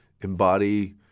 embody